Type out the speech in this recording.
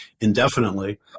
indefinitely